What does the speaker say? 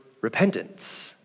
repentance